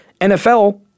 NFL